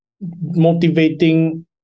motivating